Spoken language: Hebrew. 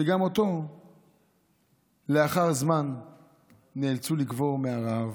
וגם אותו לאחר זמן נאלצו לקבור מהרעב.